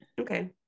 Okay